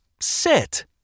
sit